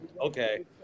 Okay